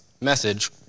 message